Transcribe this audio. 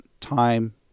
time